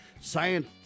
Science